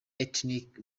ethnic